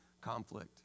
conflict